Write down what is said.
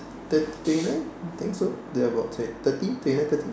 thir~ twenty nine I think so they are about thirty twenty nine thirty